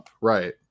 right